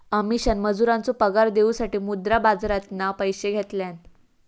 अमीषान मजुरांचो पगार देऊसाठी मुद्रा बाजारातना पैशे घेतल्यान